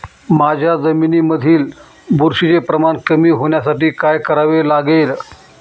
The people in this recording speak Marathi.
माझ्या जमिनीमधील बुरशीचे प्रमाण कमी होण्यासाठी काय करावे लागेल?